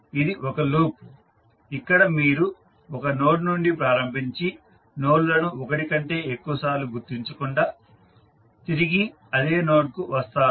ఇది ఒక లూప్ ఇక్కడ మీరు ఒక నోడ్ నుండి ప్రారంభించి నోడ్లను ఒకటి కంటే ఎక్కువసార్లు గుర్తించకుండా తిరిగి అదే నోడ్కు వస్తారు